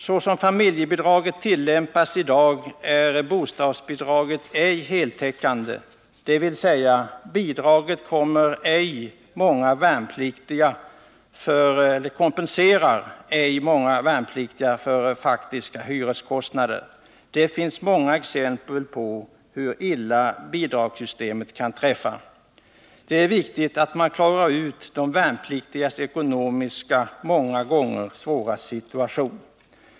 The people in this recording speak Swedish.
Såsom familjebidraget är utformat i dag är bostadsbidraget ej heltäckande, dvs. bidraget kompenserar inte många värnpliktiga för faktiska hyreskostnader. Det finns många exempel på hur illa bidragssystemet kan slå. Det är viktigt att man klarar ut de värnpliktigas många gånger svåra ekonomiska situation.